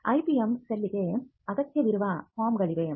IPM ಸೆಲ್ಗೆ ಅಗತ್ಯವಿರುವ ಫಾರ್ಮ್ಗಳಿವೆ